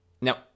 Now